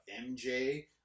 MJ